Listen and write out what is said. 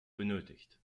benötigt